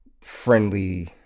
friendly